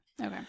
Okay